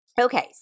Okay